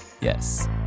Yes